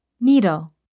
Needle